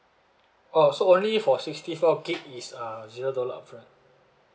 orh so only for sixty four gig it's uh zero dollar upfront